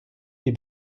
die